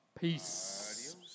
Peace